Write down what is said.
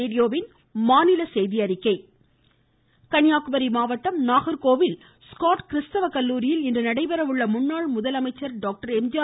நூற்றாண்டு விழா கன்னியாகுமரி மாவட்டம் நாகர்கோவில் ஸ்காட் கிறிஸ்தவ கல்லூரியில் இன்று நடைபெற உள்ள முன்னாள் முதலமைச்சர் டாக்டர் ஆ